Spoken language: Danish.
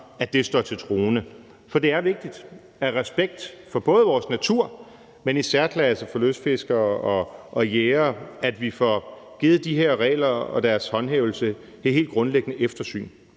nok, står til troende. For det er vigtigt af respekt for både vores natur, men især for lystfiskere og jægere, at vi får givet de her regler og deres håndhævelse det helt grundlæggende eftersyn.